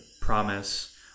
Promise